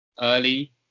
early